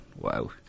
wow